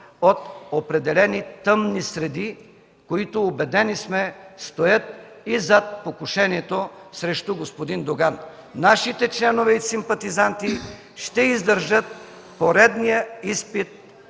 от определени тъмни среди, които, убедени сме, стоят и зад покушението срещу господин Доган. Нашите членове и симпатизанти ще издържат поредния изпит